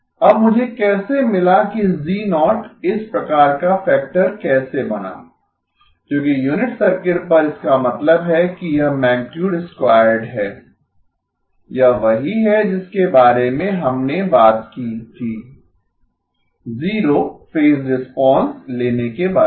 अब मुझे कैसे मिला कि G0 इस प्रकार का फैक्टर कैसे बना क्योंकि यूनिट सर्किल पर इसका मतलब है कि यह मैगनीटुड स्क्वायरड है यह वही है जिसके बारे में हमने बात की थी जीरो फेज रिस्पांस लेने के बारे में